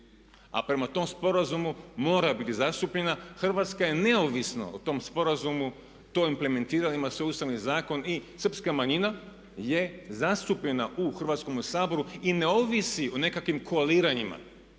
a prema tom sporazumu mora biti zastupljena. Hrvatska je neovisno o tom sporazumu to implementirala i ima svoj Ustavni zakon. Srpska manjina je zastupljena u Hrvatskom saboru i ne ovisi o nekakvim koaliranjima